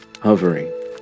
hovering